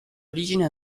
origini